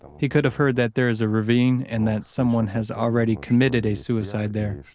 he could have heard that there is a ravine and that someone has already committed a suicide there,